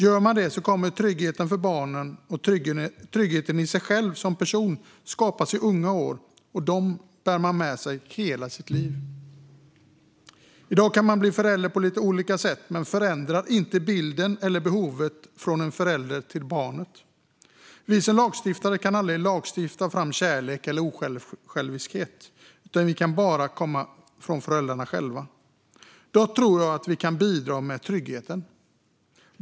Gör man det kommer tryggheten för barnet och tryggheten i den egna personen att skapas i unga år, och det bär man med sig hela livet. I dag kan man bli förälder på lite olika sätt, men det förändrar inte behovet av föräldern för barnet. Vi som lagstiftare kan aldrig lagstifta fram kärlek eller osjälviskhet, utan det kan bara komma från föräldrarna själva. Dock tror jag att vi kan bidra med tryggheten.